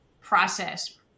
process